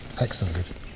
Excellent